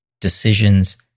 decisions